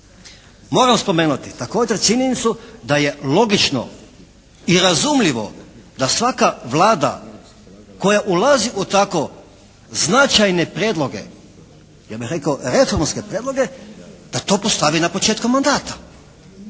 moramo spomenuti također činjenicu da je logično i razumljivo da svaka vlada koja ulazi u tako značajne prijedloge, ja bih rekao reformske prijedloge da postavi na početku mandata